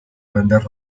vender